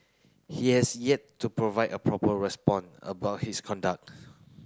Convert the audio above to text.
he has yet to provide a proper respond about his conduct